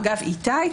איתי,